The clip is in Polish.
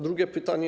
Drugie pytanie.